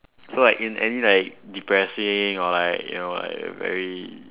so like in any like depressing or like you know like a very